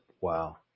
wow